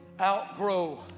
outgrow